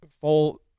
full